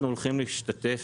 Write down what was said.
אנחנו הולכים להשתתף,